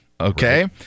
Okay